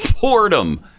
Fordham